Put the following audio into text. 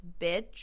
bitch